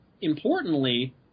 importantly